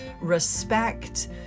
respect